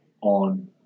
on